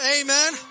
Amen